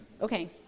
Okay